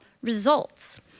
results